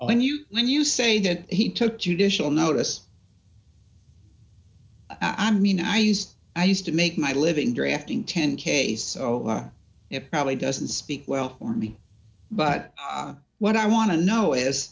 when you when you say that he took judicial notice i mean i used i used to make my living drafting ten k so it probably doesn't speak well for me but what i want to know is